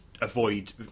avoid